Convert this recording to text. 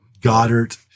Goddard